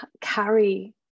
carry